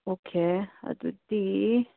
okay ꯑꯗꯨꯗꯤ